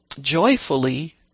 joyfully